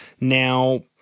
Now